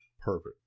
perfect